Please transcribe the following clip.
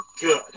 good